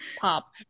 pop